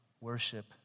worship